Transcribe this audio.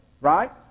right